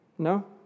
No